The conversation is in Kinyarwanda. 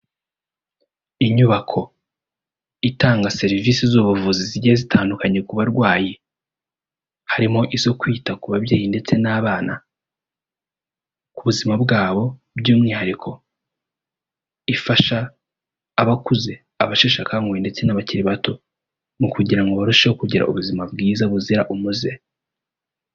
Inyubako itanga serivisi z'ubuvuzi zigiye zitandukanye ku barwayi, harimo izo kwita ku babyeyi ndetse n'abana, ku buzima bwabo by'umwihariko, ifasha abakuze, abasheshekanguhe ndetse n'abakiri bato, mu kugira ngo barusheho kugira ubuzima bwiza buzira umuze.